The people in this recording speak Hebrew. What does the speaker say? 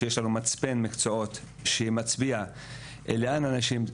שיש לנו מצפן מקצועות שמצביע לאן אנשים,